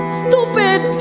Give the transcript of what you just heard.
stupid